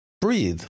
breathe